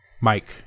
Mike